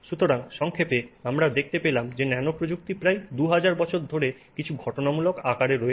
সুতরাং সংক্ষেপে আমরা দেখতে পেলাম যে ন্যানো প্রযুক্তি প্রায় 2000 বছর ধরে কিছু ঘটনামূলক আকারে রয়েছে